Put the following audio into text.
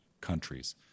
countries